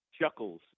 chuckles